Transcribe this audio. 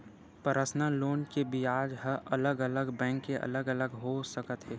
personal loan के बियाज ह अलग अलग बैंक के अलग अलग हो सकत हे